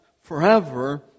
forever